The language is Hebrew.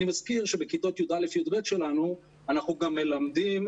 אני מזכיר שבכיתות י"א י"ב שלנו אנחנו גם מלמדים